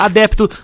Adepto